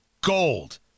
gold